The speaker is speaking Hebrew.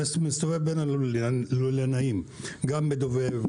אני מסתובב בין הלולנים גם בדובב,